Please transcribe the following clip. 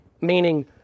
Meaning